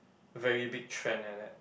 very big trend like that